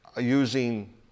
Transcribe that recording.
using